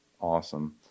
awesome